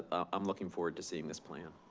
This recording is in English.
i'm looking forward to seeing this plan.